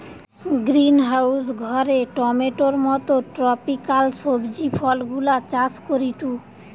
greenhouse ঘরে টমেটোর মত ট্রপিকাল সবজি ফলগুলা চাষ করিটু